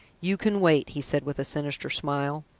you can wait, he said with a sinister smile.